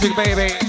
baby